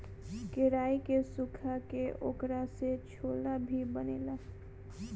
केराई के सुखा के ओकरा से छोला भी बनेला